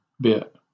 bit